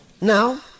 Now